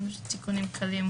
אם יש תיקונים כלליים,